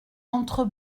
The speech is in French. entre